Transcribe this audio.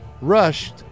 rushed